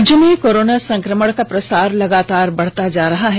राज्य में कोरोना संकमण का प्रसार लगातार बढ़ता जा रहा है